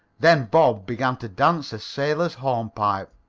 then bob began to dance a sailor's hornpipe.